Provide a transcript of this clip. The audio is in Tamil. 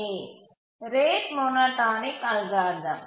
A rate monotonic algorithm